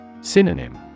Synonym